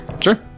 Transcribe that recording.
Sure